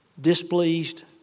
displeased